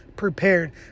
prepared